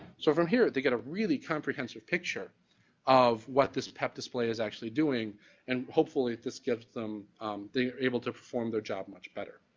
so from here, they get a really comprehensive picture of what this pep display is actually doing and hopefully this gives them they're able to perform their job much better.